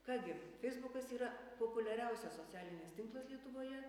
ką gi feisbukas yra populiariausias socialinis tinklas lietuvoje